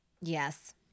yes